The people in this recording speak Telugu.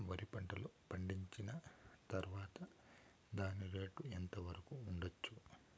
వరి పంటలు పండించిన తర్వాత దాని రేటు ఎంత వరకు ఉండచ్చు